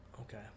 Okay